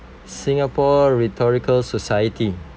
singapore rhetorical society